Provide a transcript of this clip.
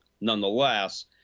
nonetheless